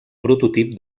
prototip